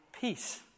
peace